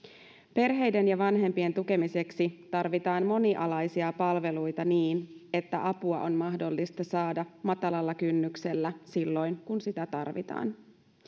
perheiden ja vanhempien tukemiseksi tarvitaan monialaisia palveluita niin että apua on mahdollista saada matalalla kynnyksellä silloin kun sitä tarvitaan